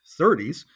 30s